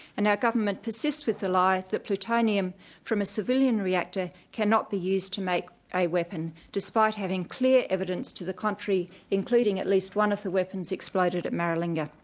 and our government persists with the lie that plutonium from a civilian reactor cannot be used to make a weapon despite having clear evidence to the contrary including at least one of the weapons exploded at maralinga.